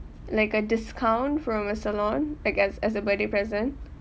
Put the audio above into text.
like a discount from a salon like as as a birthday present